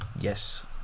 yes